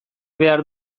behar